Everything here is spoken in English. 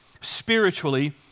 spiritually